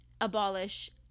abolish